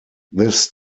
this